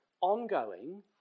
ongoing